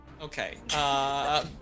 okay